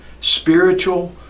spiritual